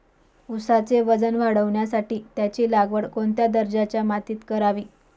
ऊसाचे वजन वाढवण्यासाठी त्याची लागवड कोणत्या दर्जाच्या मातीत करावी?